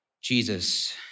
Jesus